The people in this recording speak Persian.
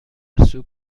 سوپ